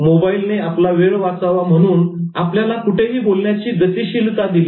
mobile ने आपला वेळ वाचावा म्हणून आपल्याला कुठेही बोलण्याची गतिशीलता दिली आहे